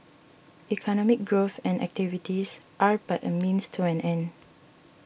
economic growth and activities are but a means to an end